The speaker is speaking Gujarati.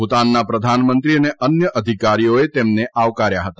ભૂતાનના પ્રધાનમંત્રી અને અન્ય અધિકારીઓએ તેમને આવકાર્યા હતા